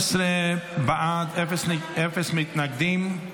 15 בעד, אין מתנגדים,